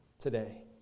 today